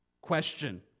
Question